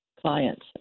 clients